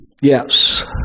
Yes